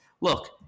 Look